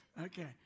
Okay